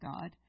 God